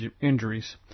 injuries